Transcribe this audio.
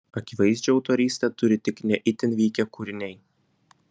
akivaizdžią autorystę turi tik ne itin vykę kūriniai